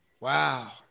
Wow